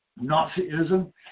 Nazism